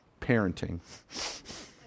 Parenting